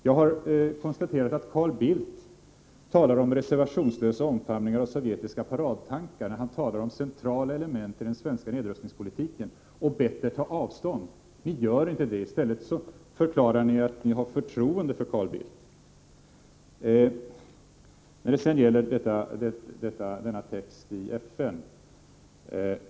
Jag har konstaterat att Carl Bildt talar om reservationslös omfamning av sovjetiska paradtankar, när det gäller centrala element i den svenska nedrustningspolitiken. Jag har bett er ta avstånd från detta. Ni gör det inte i stället förklarar ni att ni har förtroende för Carl Bildt.